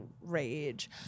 rage